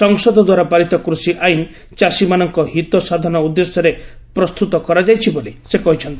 ସଂସଦ ଦ୍ୱାରା ପାରିତ କୃଷି ଆଇନ ଚାଷୀମାନଙ୍କ ହିତ ସାଧନ ଉଦ୍ଦେଶ୍ୟରେ ପ୍ରସ୍ତୁତ କରାଯାଇଛି ବୋଲି ସେ କହିଛନ୍ତି